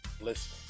Listen